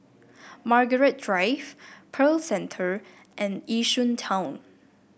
Margaret Drive Pearl Centre and Yishun Town